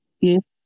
Yes